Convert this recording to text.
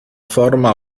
forma